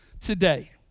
today